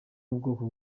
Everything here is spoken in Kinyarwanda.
mubwoko